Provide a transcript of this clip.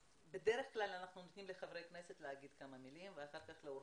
בדרך כלל אנחנו מאפשרים לחברי הכנסת לומר כמה מלים ואחר כך לאורחים.